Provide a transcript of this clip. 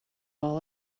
all